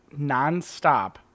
nonstop